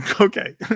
Okay